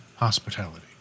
hospitality